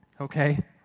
okay